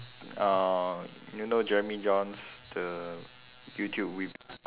ah you know jeremy jahns the youtube we~